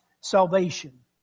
salvation